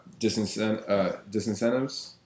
disincentives